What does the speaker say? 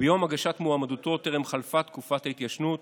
וביום הגשת מועמדותו טרם חלפה תקופת ההתיישנות